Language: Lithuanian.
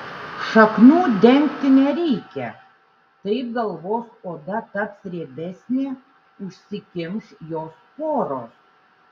šaknų dengti nereikia taip galvos oda taps riebesnė užsikimš jos poros